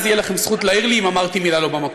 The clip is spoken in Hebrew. תהיה לכם זכות להעיר לי אם אמרתי מילה לא במקום.